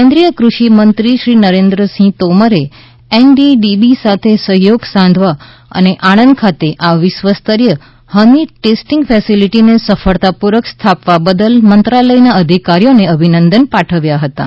કેન્દ્રીય કૃષિ મંત્રી શ્રી નરેન્દ્રસિંહ તોમરે એનડીડીબી સાથે સહયોગ સાધવા અને આણંદ ખાતે આ વિશ્વસ્તરીય હની ટેસ્ટિંગ ફેસિલિટિને સફળતાપૂર્વક સ્થાપવા બદલ મંત્રાલયના અધિકારીઓને અભિનંદન પાઠવ્યા હતાં